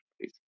please